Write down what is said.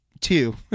two